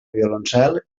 violoncel